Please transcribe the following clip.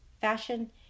fashion